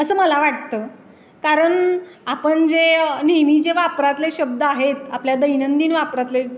असं मला वाटतं कारण आपण जे नेहमी जे वापरातले शब्द आहेत आपल्या दैनंदिन वापरातले